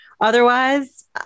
otherwise